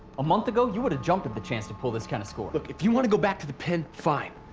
a month ago, you would've jumped at the chance to pull this kind of score. if you wanna go back to the pen, fine.